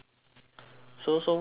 so so what is cards